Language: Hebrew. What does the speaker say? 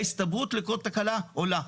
ההסתברות לכל תקלה עולה,